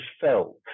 felt